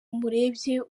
umurebye